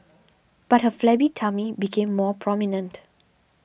but her flabby tummy became more prominent